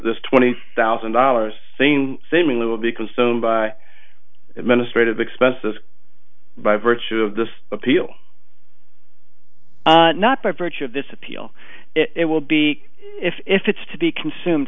this twenty thousand dollars thing seemingly will be consumed by administrative expenses by virtue of this appeal not by virtue of this appeal it will be if it's to be consumed